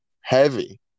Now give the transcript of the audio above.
heavy